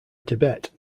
tibet